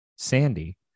Sandy